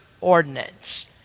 ordinance